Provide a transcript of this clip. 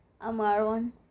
Amaron